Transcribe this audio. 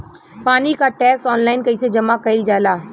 पानी क tax online कईसे जमा कईल जाला?